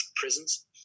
prisons